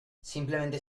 simplemente